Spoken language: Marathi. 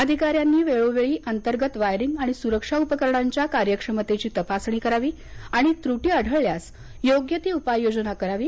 अधिकाऱ्यांनी वेळोवेळी अंतर्गत वायरिंग आणि सुरक्षा उपकरणांच्या कार्यक्षमतेची तपासणी करावी आणि त्रुटी आढळल्यास योग्य ती उपाययोजना करावी